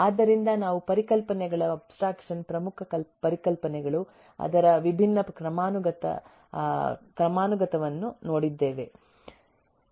ಆದ್ದರಿಂದ ನಾವು ಪರಿಕಲ್ಪನೆಗಳ ಅಬ್ಸ್ಟ್ರಾಕ್ಷನ್ ಪ್ರಮುಖ ಪರಿಕಲ್ಪನೆಗಳು ಅದರ ವಿಭಿನ್ನ ಕ್ರಮಾನುಗತವನ್ನೂ ನೋಡಿದ್ದೇವೆ